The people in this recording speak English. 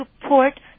support